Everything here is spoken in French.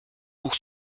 pour